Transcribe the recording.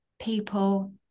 people